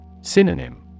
Synonym